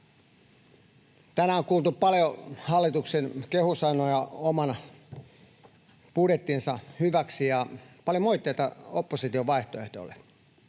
Tänään on kuultu paljon hallituksen kehusanoja oman budjettinsa hyväksi ja paljon moitteita opposition vaihtoehdoille.